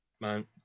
man